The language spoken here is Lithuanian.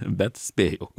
bet spėjau